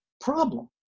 problem